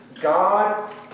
God